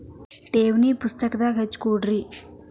ಠೇವಣಿ ಪುಸ್ತಕದಾಗ ಹಚ್ಚಿ ಕೊಡ್ರಿ